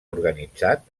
organitzat